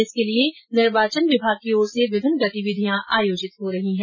इसके लिये निर्वाचन विभाग की ओर से विभिन्न गतिविधियां आयोजित की जा रही है